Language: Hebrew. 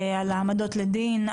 על העמדות לדין,,